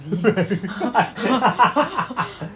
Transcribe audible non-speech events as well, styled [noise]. [laughs]